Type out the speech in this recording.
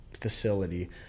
facility